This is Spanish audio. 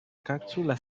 cápsula